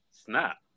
Snap